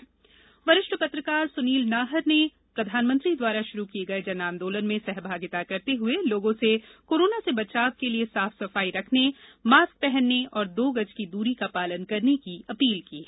जन आंदोलन वरिष्ठ पत्रकार सुनील नाहर ने प्रधानमंत्री द्वारा शुरू किये गए जन आंदोलन में सहभागिता करते हुए लोगों से कोरोना से बचाव के लिए साफ सफाई रखने मास्क पहनने और दो गज की दूरी का पालन करने की अपील की है